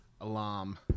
Alarm